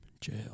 Jail